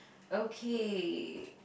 okay